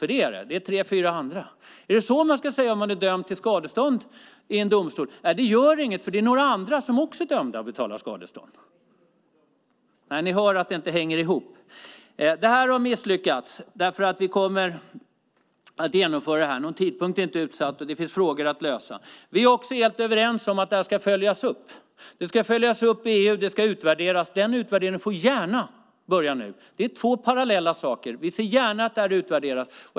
Och så är det; det är tre fyra andra. Är det så man ska säga om man är dömd till skadestånd i en domstol, att det gör ingenting, för det är några andra som också är dömda att betala skadestånd? Nej, ni hör att det inte hänger ihop. Det här har misslyckats. Lagen kommer att genomföras. Någon tidpunkt är inte utsatt, och det finns frågor att lösa. Vi är också helt överens om att den ska följas upp. Den ska följas upp och utvärderas i EU. Den utvärderingen får gärna börja nu. Det är två parallella saker. Vi ser gärna att den utvärderas.